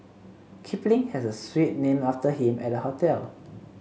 Kipling has a suite named after him at the hotel